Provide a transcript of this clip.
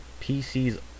PCs